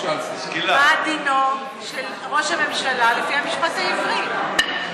דינו של ראש הממשלה לפי המשפט העברי?